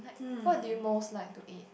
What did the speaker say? what do you most like to eat